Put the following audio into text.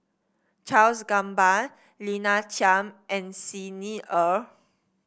Charles Gamba Lina Chiam and Xi Ni Er